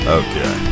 okay